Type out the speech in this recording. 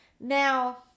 Now